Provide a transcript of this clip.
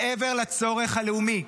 מעבר לצורך הלאומי,